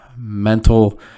mental